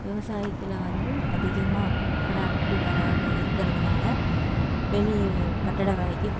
விவசாயத்தில் வந்து அதிகமாக ப்ராஃபிட்டு வராது இருக்கிறதுனால வெளியே கட்டட வேலைக்கு